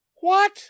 What